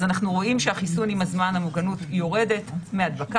אז אנחנו רואים שהחיסון עם הזמן המוגנות יורדת מהדבקה,